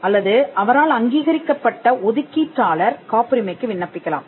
அல்லது அவரால் அங்கீகரிக்கப்பட்ட ஒதுக்கீட்டாளர் காப்புரிமைக்கு விண்ணப்பிக்கலாம்